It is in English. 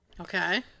Okay